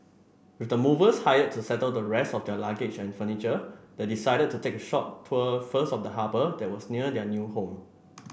with the movers hired to settle the rest of their luggage and furniture they decided to take a short tour first of the harbour that was near their new home